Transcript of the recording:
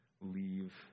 leave